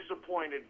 disappointed